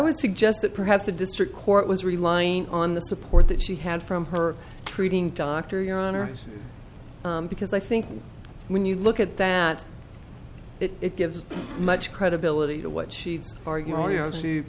would suggest that perhaps the district court was relying on the support that she had from her treating doctor your honor because i think when you look at that it gives much credibility to what she